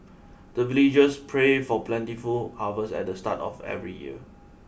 the villagers pray for plentiful harvest at the start of every year